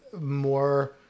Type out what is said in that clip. more